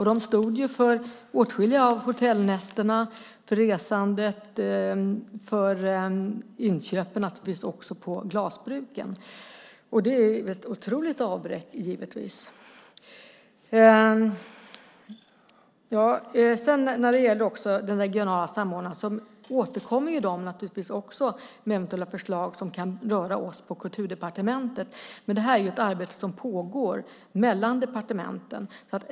De stod för åtskilliga av hotellnätterna, resandet och inköpen på glasbruken, så det är givetvis ett otroligt avbräck. De regionala samordnarna återkommer också med eventuella förslag som kan röra oss på Kulturdepartementet. Men det här är ett arbete som pågår mellan departementen.